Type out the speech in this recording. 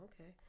Okay